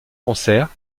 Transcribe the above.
concert